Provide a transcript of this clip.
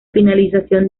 finalización